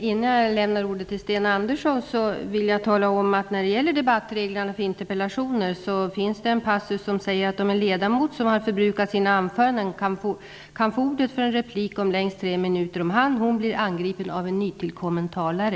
Innan jag lämnar ordet till Sten Andersson vill jag tala om att det i debattreglerna för interpellationer finns en passus som säger, att en ledamot som har förbrukat sina anföranden kan få ordet för en replik om längst tre minuter om han eller hon blir angripen av en nytillkommen talare.